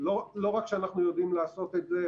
לא רק שאנחנו יודעים לעשות את זה,